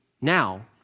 now